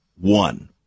one